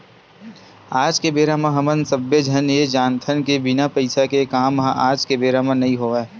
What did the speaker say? आज के बेरा म हमन सब्बे झन ये जानथन के बिना पइसा के काम ह आज के बेरा म नइ होवय